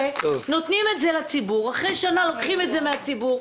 נותנים את זה לציבור ואחרי שנה לוקחים את זה מהציבור.